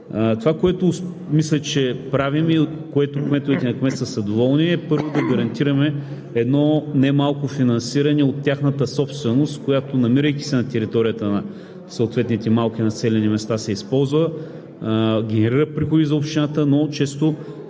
Това, което мисля, че правим, и от което кметовете на кметства са доволни, е първо да гарантираме едно немалко финансиране от тяхната собственост, която, намирайки се на територията на съответните малки населени места, се използва, генерира приходи за общината, но често